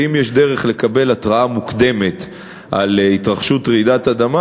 ואם יש דרך לקבל התרעה על התרחשות רעידת אדמה,